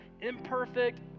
imperfect